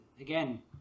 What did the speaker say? again